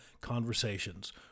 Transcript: conversations